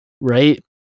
right